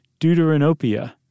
deuteranopia